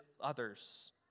others